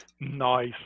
Nice